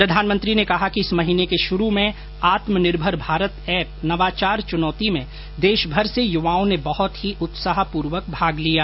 प्रधानमंत्री ने कहा कि इस महीने के शुरू में आत्मनिर्भर भारत ऐप नवाचार चुनौती में देशमर से युवाओं ने बहुत ही उत्साहपूर्वक भाग लिया